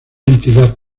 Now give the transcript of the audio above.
entidad